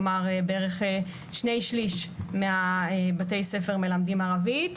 כלומר, בערך שני שליש מבתי הספר מלמדים ערבית.